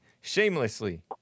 shamelessly